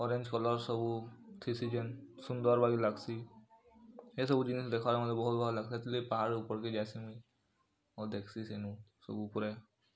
orange colour ସବୁ ଥିଷୀ ଜେନ୍ ସୁନ୍ଦର୍ ସୁନ୍ଦର୍ ବାଗିର୍ ଲାଗ୍ଶୀ ହେସବୁ ଜିନିଷ୍ ମତେ ଦେଖ୍ବାକେ ମତେ ବହୁତ୍ ଭଲ୍ ଲାଗ୍ସି ହେତିର୍ଲାଗି ପାହାଡ଼୍ର ଉପର୍କେ ଯାଏସି ମୁଇଁ ଆଉ ଦେଖ୍ସି ସେନୁ ସବୁ ପୁରା